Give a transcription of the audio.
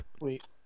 Wait